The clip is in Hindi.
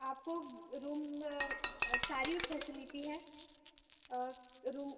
आपको रूम में सारी फ़ैसिलिटी रूम